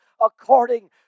according